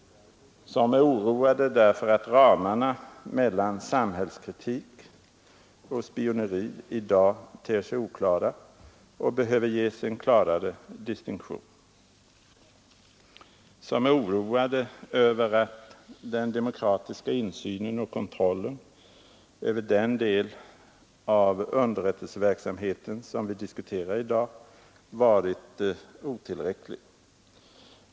Som är oroade därför att ramarna mellan samhällskritik och spioneri i dag ter sig oklara och behöver ges en klarare distinktion. Som är oroade över att den demokratiska insynen och kontrollen över den del av underrättelseverksamheten som vi diskuterar i dag varit otillräcklig.